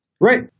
Right